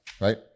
right